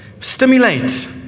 stimulate